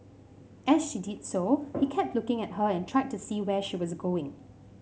as she did so he kept looking at her and tried to see where she was going